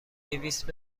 دویست